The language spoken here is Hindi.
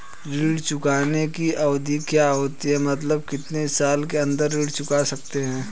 ऋण चुकाने की अवधि क्या होती है मतलब कितने साल के अंदर ऋण चुका सकते हैं?